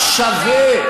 רק שווה,